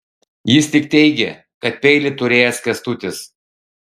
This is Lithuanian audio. jis tik teigė kad peilį turėjęs kęstutis